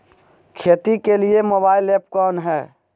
खेती के लिए मोबाइल ऐप कौन है?